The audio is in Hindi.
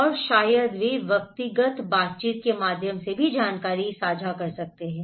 और शायद वे व्यक्तिगत बातचीत के माध्यम से भी जानकारी साझा कर सकते हैं